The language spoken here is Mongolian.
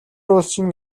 улсын